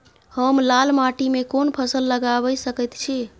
हम लाल माटी में कोन फसल लगाबै सकेत छी?